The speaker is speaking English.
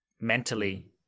mentally